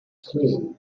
clean